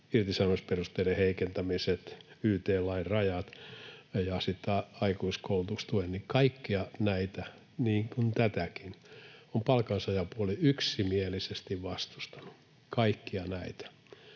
irtisanomisperusteiden heikentämiset, yt-lain rajat ja sitten tämä aikuiskoulutustuen lakkauttaminen — niin kuin tätäkin, on palkansaajapuoli yksimielisesti vastustanut, kaikkia näitä.